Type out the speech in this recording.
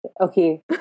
okay